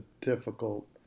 difficult